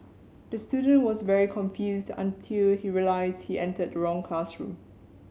the student was very confused until he realised he entered the wrong classroom